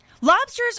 Lobsters